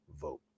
vote